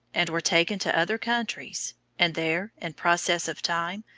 and were taken to other countries and there, in process of time,